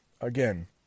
Again